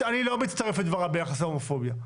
ואני לא מצטרף לדבריו ביחס להומופוביה.